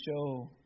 show